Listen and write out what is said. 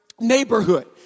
neighborhood